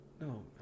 No